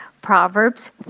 Proverbs